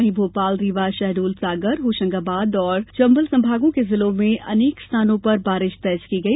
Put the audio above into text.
वहीं भोपाल रीवा शहडोल सागर होशंगाबाद और चंबल संभागों के जिलों में अनेक स्थानों पर बारिश दर्ज की गई